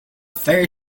fare